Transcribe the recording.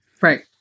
Right